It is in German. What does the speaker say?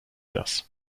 das